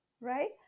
Right